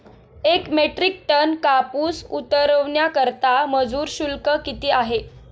एक metric ton कापूस उतरवण्याकरता मजूर शुल्क किती आहे?